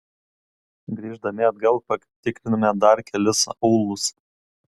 grįždami atgal patikrinome dar kelis aūlus